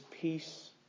peace